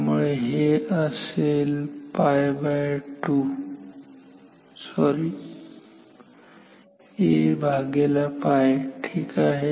त्यामुळे हे 𝐴𝜋 असेल ठीक आहे